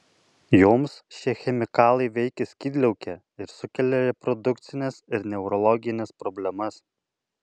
joms šie chemikalai veikia skydliaukę ir sukelia reprodukcines ir neurologines problemas